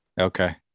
Okay